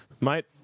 Mate